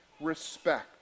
respect